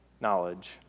knowledge